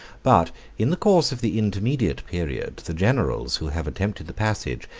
but in the course of the intermediate period, the generals, who have attempted the passage,